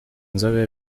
inzobe